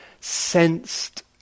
sensed